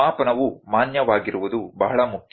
ಮಾಪನವು ಮಾನ್ಯವಾಗಿರುವುದು ಬಹಳ ಮುಖ್ಯ